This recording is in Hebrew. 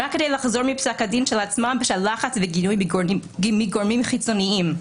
רק כדי לחזור מפסק הדין של עצמם בשל לחץ וגינוי מגורמים חיצוניים.